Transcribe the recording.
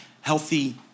healthy